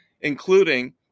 including